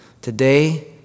today